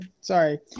Sorry